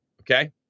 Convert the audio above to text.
okay